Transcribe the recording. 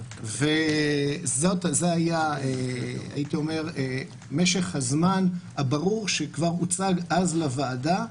זה היה משך הזמן הברור, שכבר הוצג אז לוועדה,